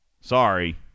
sorry